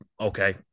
okay